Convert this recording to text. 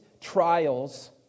trials